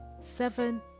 Seven